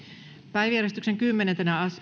päiväjärjestyksen kymmenentenä